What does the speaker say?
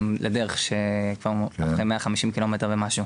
לדרך שכבר אחרי 150 קילומטר ומשהו.